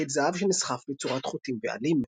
הכיל זהב שנסחף בצורת חוטים ועלים.